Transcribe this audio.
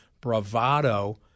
bravado